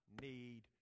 need